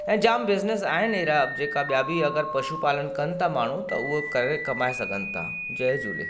ऐं जाम बिज़नेस आहिनि अहिड़ा जेका ॿिया बि अगरि पशु पालन कनि था माण्हू त उहो करे कमाइ सघनि था जय झूले